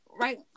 right